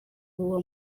ubuhuha